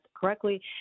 correctly